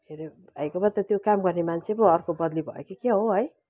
हेर्यो भाइकोमा त त्यो काम गर्ने मान्छे पो अर्को बद्ली भयो कि के हो है